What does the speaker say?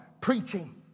preaching